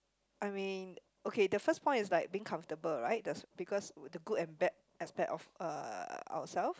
I mean okay the first point is like being comfortable right that's because the good and bad aspect of uh ourselves